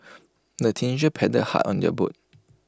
the teenagers paddled hard on their boat